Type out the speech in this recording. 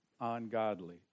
ungodly